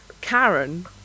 Karen